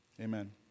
Amen